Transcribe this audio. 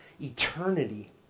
eternity